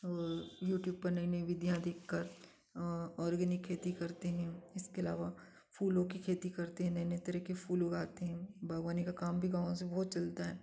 और यूट्यूब पर नई नई विधियाँ देखकर ऑर्गेनिक खेती करते हैं इसके अलावा फूलों की खेती करते हैं नई नई तरह के फूल उगते हैं बागवानी का काम भी गाँव से बहुत चलता है